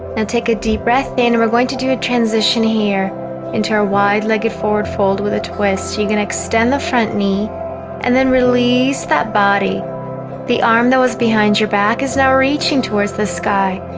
and take a deep breath, and we're going to do a transition here into our wide legged forward fold with a twist you can extend the front knee and then release that body the arm that was behind your back is now reaching towards the sky,